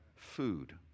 food